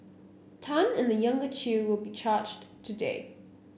Tan and the younger Chew will be charged today